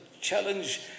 challenge